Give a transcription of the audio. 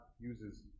uses